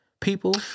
people